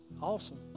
awesome